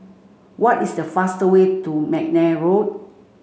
what is the fastest way to McNair Road